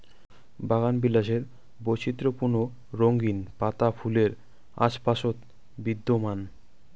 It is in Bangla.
বাগানবিলাসের বৈচিত্র্যপূর্ণ রঙিন পাতা ফুলের আশপাশত বিদ্যমান